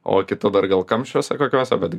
o kiti dar gal kamščiuose kokiuose bet